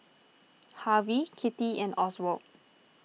Harvie Kitty and Oswald